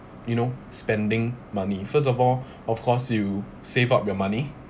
you know spending money first of all of course you save up your money